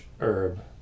herb